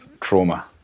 trauma